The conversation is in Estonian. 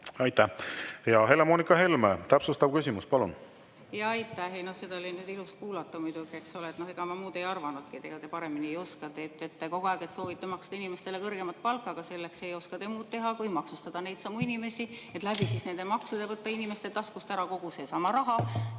Aitäh! Helle-Moonika Helme, täpsustav küsimus, palun! Jaa, aitäh! Ei no seda oli nüüd ilus kuulata muidugi, eks ole. Noh, ega ma muud ei arvanudki, ega te paremini ei oska. Te ütlete kogu aeg, et soovite maksta inimestele kõrgemat palka, aga selleks ei oska te muud teha, kui maksustada neidsamu inimesi, et võtta maksudena inimestelt taskust ära kogu seesama raha